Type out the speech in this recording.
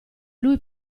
lui